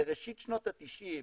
בראשית שנות ה-90,